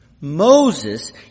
Moses